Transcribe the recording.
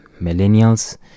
millennials